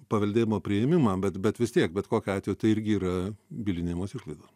paveldėjimo priėmimą bet bet vis tiek bet kokiu atveju tai irgi yra bylinėjimosi išlaidos